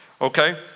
okay